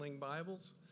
Bibles